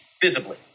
visibly